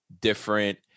different